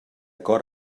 cor